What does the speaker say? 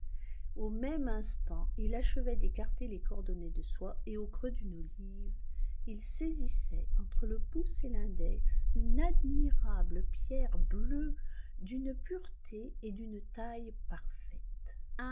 au même instant il achevait d'écarter les cordonnets de soie et au creux d'une olive il saisissait entre le pouce et l'index une admirable pierre bleue d'une pureté et d'une taille parfaites